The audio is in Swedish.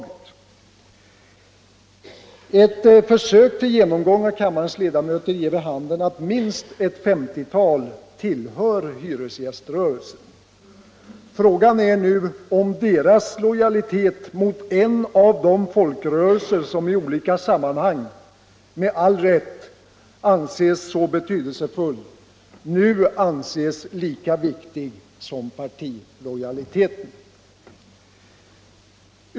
Ett försök till en genomgång av kammarens ledamöter ger vid handen att minst ett 50-tal tillhör hyresgäströrelsen. Frågan är nu om de anser att lojaliteten mot en av de folkrörelser som i olika sammanhang — och med all rätt — betraktas som så betydelsefull är lika viktig som partilojaliteten.